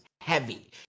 heavy